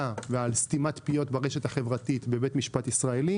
ועל סתימת פיות ברשת החברתית בבית משפט ישראלי.